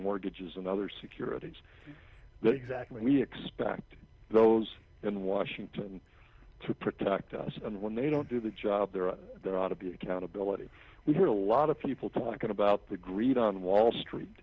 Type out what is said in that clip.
mortgages and other securities that exactly we expect those in washington to protect us and when they don't do the job there are to be accountability we hear a lot of people talking about the greed on wall street